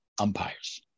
umpires